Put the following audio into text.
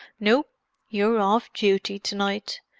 no you're off duty to-night.